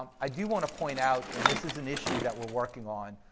um i do want to point out and this is an issue that we're working on,